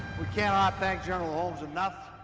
we cannot thank general holmes enough.